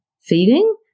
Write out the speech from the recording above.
feeding